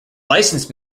license